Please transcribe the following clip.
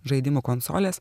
žaidimų konsolės